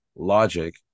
logic